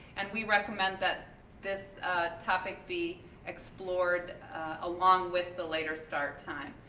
and we recommend that this topic be explored along with the later start time.